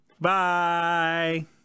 Bye